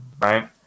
right